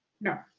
no